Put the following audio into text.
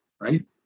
right